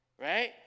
right